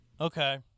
Okay